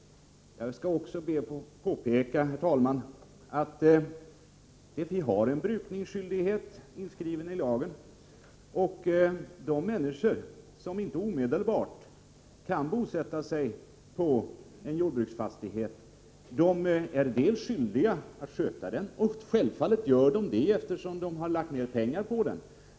Jag skall också be att få påpeka att det finns en brukningsskyldighet inskriven i lagen. De människor som inte omedelbart kan bosätta sig på en jordbruksfastighet är ändå skyldiga att sköta den. Självfallet gör de också det, eftersom de har lagt ned pengar på fastigheten.